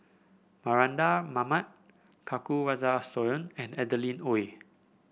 Mardan Mamat Kanwaljit Soin and Adeline Ooi